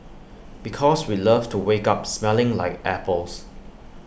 because we'd love to wake up smelling like apples